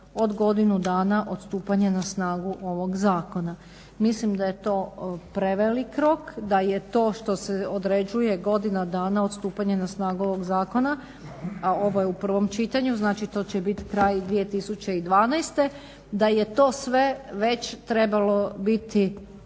od godinu dana od stupanja na snagu ovog zakona. Mislim da je to prevelik rok, da je to što se određuje godina dana od stupanja na snagu ovog zakona, a ovo je u prvom čitanju, znači to će biti kraj 2012. da je to sve već trebalo biti